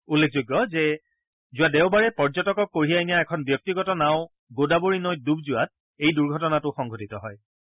উল্লেখ্য যে যোৱা দেওবাৰে পৰ্যটক কঢ়িয়াই নিয়া এখন ব্যক্তিগত নাও গোদাৱৰী নৈত ডুব যোৱাত এই দুৰ্ঘটনতা সংঘটিত হয